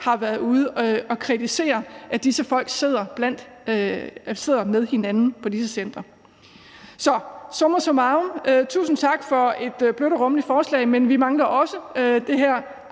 har været ude at kritisere, altså at disse folk sidder med hinanden på disse centre. Summa summarum vil jeg sige tusind tak for et blødt og rummeligt forslag, men vi mangler også det her